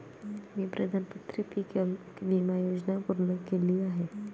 मी प्रधानमंत्री पीक विमा योजना पूर्ण केली आहे